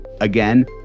Again